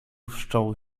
wszczął